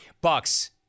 Bucks